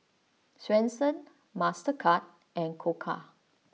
Swensens Mastercard and Koka